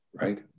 right